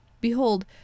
Behold